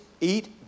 eat